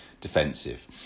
defensive